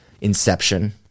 inception